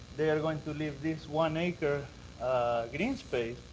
they're going to leave this one acre green space.